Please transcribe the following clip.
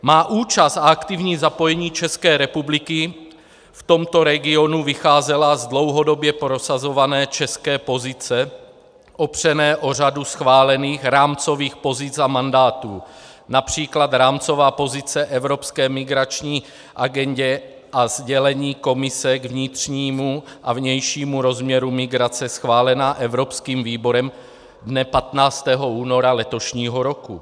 Má účast a aktivní zapojení České republiky v tomto regionu vycházely z dlouhodobě prosazované české pozice opřené o řadu schválených rámcových pozic a mandátů, např. rámcová pozice v evropské migrační agendě a sdělení Komise k vnitřnímu a vnějšímu rozměru migrace schválená evropským výborem dne 15. února letošního roku.